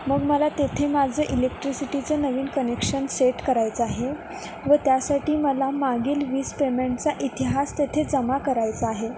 मग मला तेथे माझं इलेक्ट्रिसिटीचं नवीन कनेक्शन सेट करायचं आहे व त्यासाठी मला मागील वीस पेमेंटचा इतिहास तेथे जमा करायचा आहे